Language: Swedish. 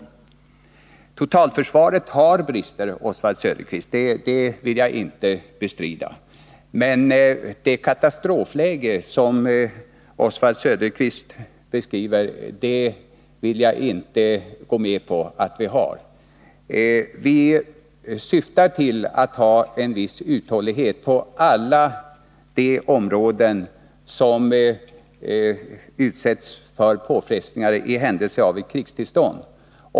Nr 26 Totalförsvaret har brister, Oswald Söderqvist, det vill jag inte bestrida. Men jag vill inte gå med på att vi har det katastrofläge som Oswald Söderqvist beskriver. Vi syftar till att ha en viss uthållighet på alla de områden som utsätts för påfrestningar i händelse av ett krigstillstånd.